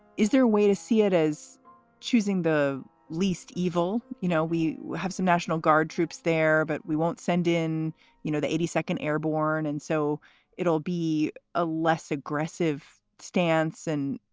is there a way to see it as choosing the least evil? you know, we have some national guard troops there, but we won't send in you know the eighty second airborne. and so it'll be a less aggressive stance and,